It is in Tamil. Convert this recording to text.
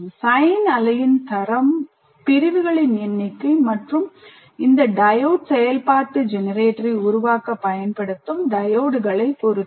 Sine அலையின் தரம் பிரிவுகளின் எண்ணிக்கை மற்றும் இந்த Diode செயல்பாட்டு ஜெனரேட்டரை உருவாக்க பயன்படுத்தப்படும் Diodeட்களைப் பொறுத்தது